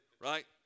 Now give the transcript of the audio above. right